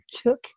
took